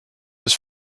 his